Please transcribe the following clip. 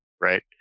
right